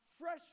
fresh